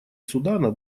судана